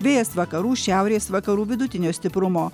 vėjas vakarų šiaurės vakarų vidutinio stiprumo